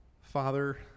Father